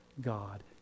God